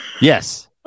Yes